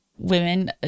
women